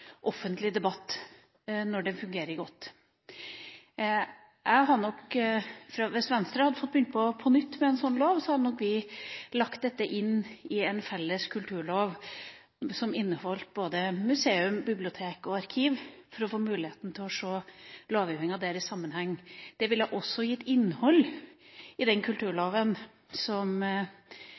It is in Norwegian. offentlig debatt når det fungerer godt. Hvis Venstre hadde fått anledning til å begynne på nytt med en slik lov, hadde nok vi lagt dette inn i en felles kulturlov som inneholdt både museum, bibliotek og arkiv, for å få muligheten til å se lovgivninga der i sammenheng. Det ville også gitt innhold i den kulturloven som